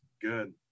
good